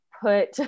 put